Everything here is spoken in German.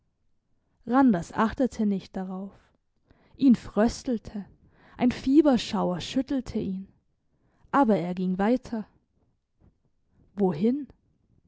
randers achtete nicht darauf ihn fröstelte ein fieberschauer schüttelte ihn aber er ging weiter wohin